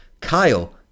Kyle